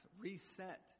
reset